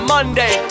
Monday